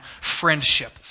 friendship